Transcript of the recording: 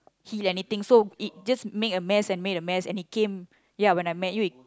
heal anything so it just made a mess and made a mess and it came ya when I met you it